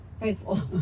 faithful